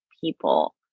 people